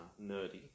nerdy